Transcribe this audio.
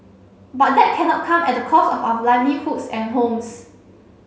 but that cannot come at the cost of our livelihoods and homes